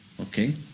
Okay